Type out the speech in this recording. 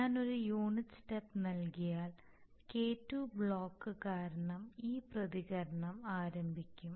ഞാൻ ഒരു unit step നൽകിയാൽ K2 ബ്ലോക്ക് കാരണം ഈ പ്രതികരണം ആരംഭിക്കും